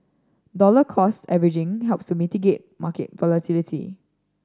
dollar cost averaging helps to mitigate market volatility